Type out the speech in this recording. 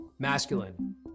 Masculine